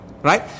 Right